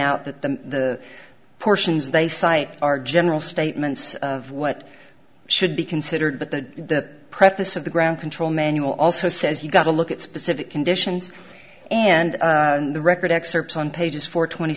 out that the portions they cite are general statements of what should be considered but the preface of the ground control manual also says you've got to look at specific conditions and the record excerpts on pages for twenty